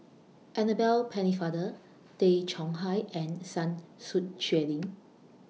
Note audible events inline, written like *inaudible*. Annabel Pennefather Tay Chong Hai and Sun *unintelligible* Xueling